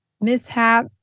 mishap